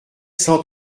cent